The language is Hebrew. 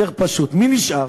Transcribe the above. יותר פשוט, מי נשאר?